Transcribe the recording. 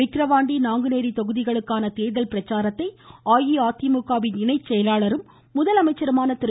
விக்ரவாண்டி நாங்குநேரி தொகுதிகளுக்கான தேர்தல் பிரச்சாரத்தை அஇஅதிமுக இணைச் செயலாளரும் முதலமைச்சருமான திரு